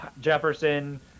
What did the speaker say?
Jefferson